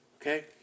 okay